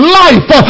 life